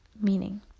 meaning